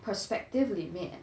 perspective 里面